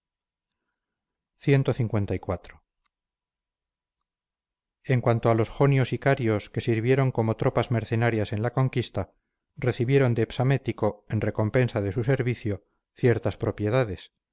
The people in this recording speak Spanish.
codos cada uno cliv en cuanto a los jonios y carios que sirvieron como tropas mercenarias en la conquista recibieron de psamético en recompensa de su servicio ciertas propiedades